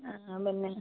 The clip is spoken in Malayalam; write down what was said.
ആ പിന്നെ